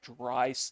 dry